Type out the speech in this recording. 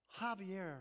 Javier